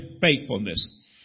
faithfulness